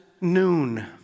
noon